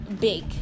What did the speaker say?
big